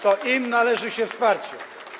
To im należy się wsparcie.